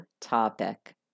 topic